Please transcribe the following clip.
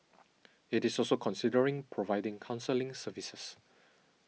it is also considering providing counselling services